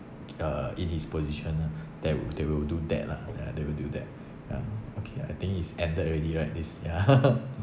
uh in his position lah that will that will do that lah ya that will do that ya okay I think it's ended already right this ya